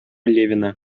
левина